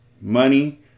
Money